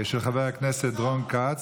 של חבר הכנסת רון כץ.